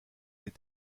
les